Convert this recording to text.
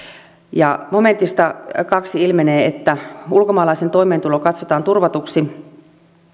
ja momentista kaksi ilmenee että ulkomaalaisen toimeentulo katsotaan turvatuksi